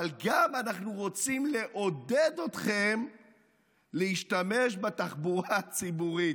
אבל אנחנו גם רוצים לעודד אתכם להשתמש בתחבורה הציבורית.